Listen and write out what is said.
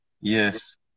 Yes